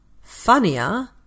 funnier